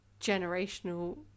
generational